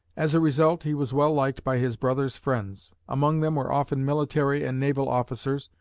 as a result, he was well liked by his brother's friends. among them were often military and naval officers,